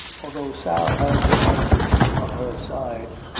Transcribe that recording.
although sal has the right on her side.